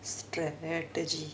strategy